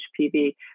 HPV